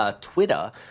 Twitter